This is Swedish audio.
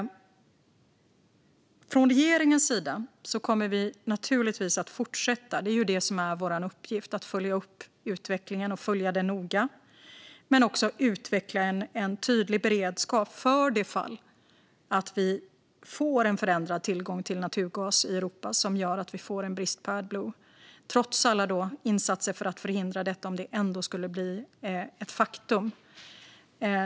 Från regeringens sida kommer vi naturligtvis att fortsätta - det är ju det som är vår uppgift - att noga följa utvecklingen men också att utveckla en tydlig beredskap för det fall att vi får en förändrad tillgång till naturgas i Europa som gör att vi får en brist på Adblue, om det skulle bli ett faktum trots alla insatser för att förhindra detta.